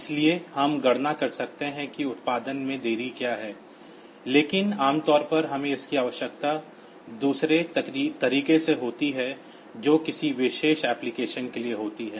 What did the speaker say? इसलिए हम गणना कर सकते हैं कि उत्पादन में देरी क्या है लेकिन आम तौर पर हमें इसकी आवश्यकता दूसरे तरीके से होती है जो किसी विशेष एप्लिकेशन के लिए होती है